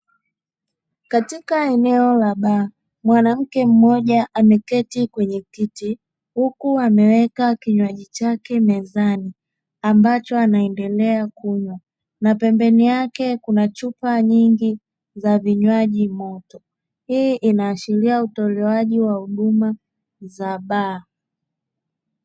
Katika eneo la baa, mwanamke mmoja ameketi kwenye kiti huku ameweka kinywaji chake mezani ambacho anaendelea kunywa na pembezoni yake kuna chupa nyingi za vinywaji moto. Hii inaashiria utolewaji wa huduma za baa.